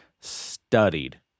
studied